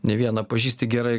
ne vieną pažįsti gerai